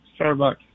Starbucks